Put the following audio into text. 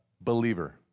believer